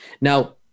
Now